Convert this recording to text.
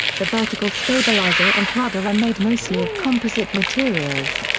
the vertical stabiliser and rudder are made mostly of composite materials.